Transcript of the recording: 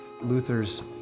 Luther's